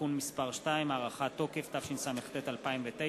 (תיקון מס' 2) (הארכת תוקף), התשס"ט 2009,